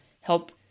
help